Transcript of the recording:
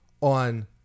on